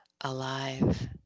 alive